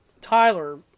Tyler